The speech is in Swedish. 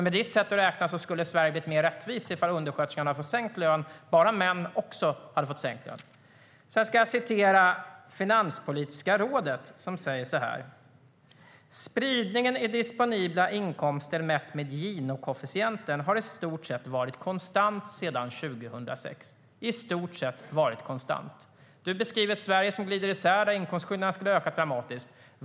Med ditt sätt att räkna skulle Sverige ha blivit mer rättvist om undersköterskorna fått sänkt lön bara män också fått sänkt lön. Jag ska återge Finanspolitiska rådet, som hävdar att spridningen i disponibla inkomster mätt med Gini-koefficienten i stort sett varit konstant sedan 2006 - i stort sett varit konstant. Ulla Andersson beskriver ett Sverige som glider isär och där inkomstskillnaderna ska ha ökat dramatiskt.